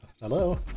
Hello